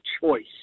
choice